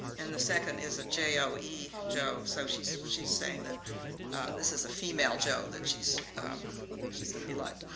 and the second is a j o e, joe. so she's she's saying that this is a female joe that she's she's going to be like.